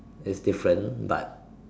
is different but